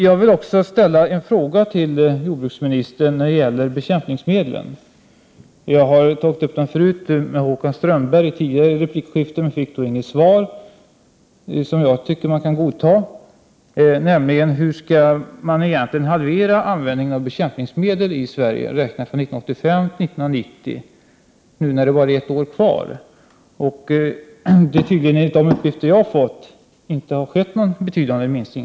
Jag vill också ställa en fråga till jordbruksministern när det gäller bekämpningsmedlen. Jag tog upp den i ett replikskifte med Håkan Strömberg tidigare, men jag fick då inget svar som jag kan godta. Frågan löd: Hur skall man egentligen halvera användningen av bekämpningsmedel i Sverige redan 1985—1990 nu när det bara är ett år kvar? Enligt de uppgifter som jag har fått har det inte skett någon betydande minskning.